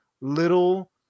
little